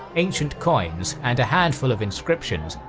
ancient coins and a handful of inscriptions,